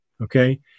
Okay